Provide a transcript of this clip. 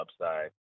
upside